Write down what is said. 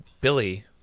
Billy